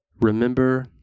remember